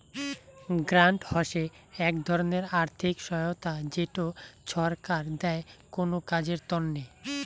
grant হসে এক ধরণের আর্থিক সহায়তা যেটো ছরকার দেয় কোনো কাজের তন্নে